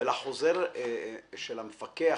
לחוזר של המפקח,